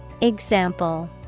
Example